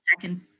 second